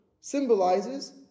symbolizes